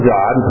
God